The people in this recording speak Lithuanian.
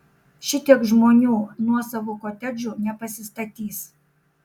šitiek žmonių nuosavų kotedžų nepasistatys